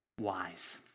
wise